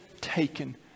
taken